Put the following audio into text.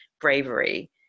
bravery